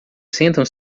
sentam